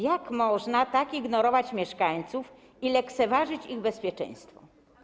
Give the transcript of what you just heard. Jak można tak ignorować mieszkańców i lekceważyć ich bezpieczeństwo?